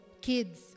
kids